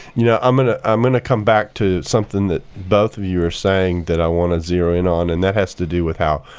you know i'm going ah i'm going to come back to something that both of you are saying that i want to zero in on, and that has to do with how,